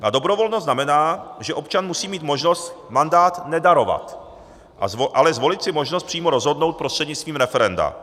A dobrovolnost znamená, že občan musí mít možnost mandát nedarovat, ale zvolit si možnost přímo rozhodnout prostřednictvím referenda.